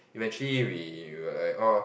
eventually we were like oh